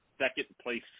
second-place